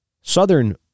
Southern